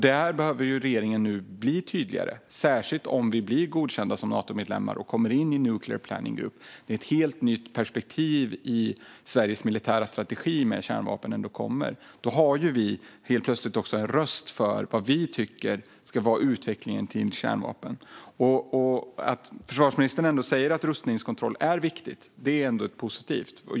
Där behöver regeringen nu bli tydligare, särskilt om Sverige blir godkänt som Natomedlem och kommer in i Nuclear Planning Group där kärnvapnen innebär ett helt nytt perspektiv i Sveriges militära strategi. Då får vi helt plötsligt en röst och kan uttrycka vad vi tycker om utvecklingen kring kärnvapnen. Försvarsministern säger att rustningskontroll är viktigt, och det är positivt.